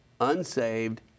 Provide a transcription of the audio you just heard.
unsaved